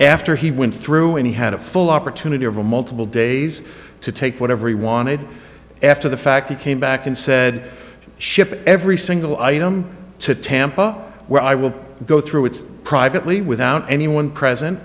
after he went through and he had a full opportunity of a multiple days to take whatever he wanted after the fact he came back and said ship every single item to tampa where i will go through its privately without anyone present